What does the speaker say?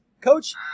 Coach